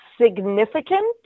significant